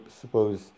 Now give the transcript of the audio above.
suppose